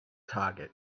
target